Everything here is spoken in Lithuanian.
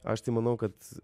aš tai manau kad